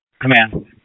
Command